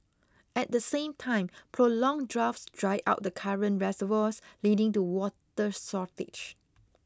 at the same time prolonged droughts dry out the current reservoirs leading to water shortage